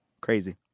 crazy